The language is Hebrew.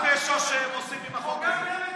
מה הפשע שהם עושים עם החוק הזה.